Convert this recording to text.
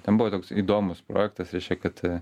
ten buvo toks įdomus projektas reiškia kad